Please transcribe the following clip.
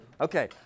Okay